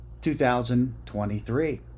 2023